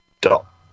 Dot